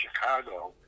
chicago